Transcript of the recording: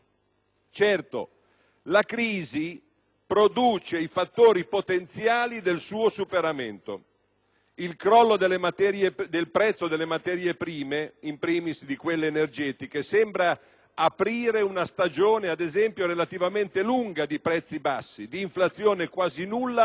Certo, la crisi produce i fattori potenziali del suo superamento: il crollo del prezzo delle materie prime, *in**primis* di quelle energetiche, sembra aprire una stagione, ad esempio, relativamente lunga di prezzi bassi e di inflazione quasi nulla